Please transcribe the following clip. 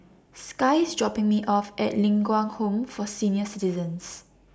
Sky IS dropping Me off At Ling Kwang Home For Senior Citizens